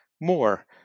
more